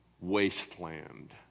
wasteland